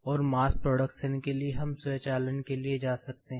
और mass production के लिए हम स्वचालन के लिए जाते हैं